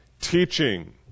teaching